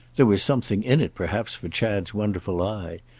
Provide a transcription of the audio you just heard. there was something in it perhaps for chad's wonderful eye,